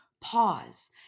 pause